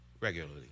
regularly